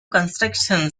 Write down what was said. construction